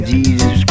Jesus